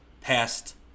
passed